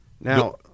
Now